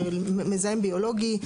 של מזהם ביולוגי,